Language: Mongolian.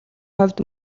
хувьд